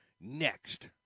next